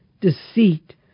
deceit